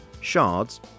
Shards